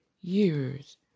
years